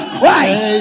Christ